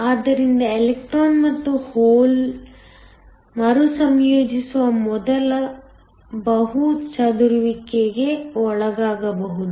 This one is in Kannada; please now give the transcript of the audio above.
ಆದ್ದರಿಂದ ಎಲೆಕ್ಟ್ರಾನ್ ಮತ್ತು ಹೋಲ್ವು ಮರುಸಂಯೋಜಿಸುವ ಮೊದಲು ಬಹು ಚದುರುವಿಕೆಗೆ ಒಳಗಾಗಬಹುದು